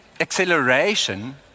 acceleration